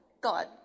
God